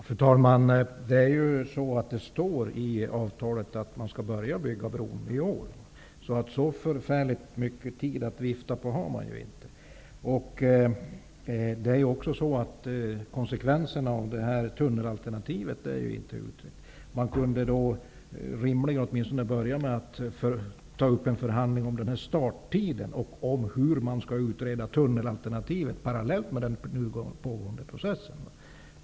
Fru talman! Det står i avtalet att man skall börja att bygga bron i år. Så förfärligt mycket tid att vifta med har vi inte. Konsekvenserna av tunnelalternativet är inte utrett. Man kunde rimligen börja med att åtminstone uppta en förhandling om starttiden och om hur man skall utreda tunnelalternativet parallellt med den nu pågående processen.